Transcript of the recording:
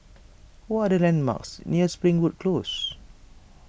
what are the landmarks near Springwood Close